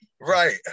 right